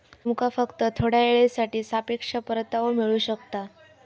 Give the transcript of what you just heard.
तुमका फक्त थोड्या येळेसाठी सापेक्ष परतावो मिळू शकता